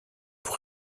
pour